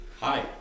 Hi